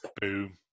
Boom